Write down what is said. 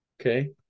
Okay